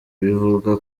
bivuga